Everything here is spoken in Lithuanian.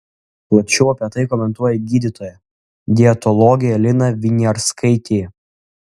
plačiau apie tai komentuoja gydytoja dietologė lina viniarskaitė